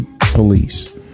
police